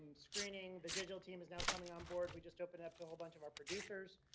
screening the digital team is now coming on board. we just opened up to a whole bunch of our producers.